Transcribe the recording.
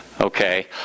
Okay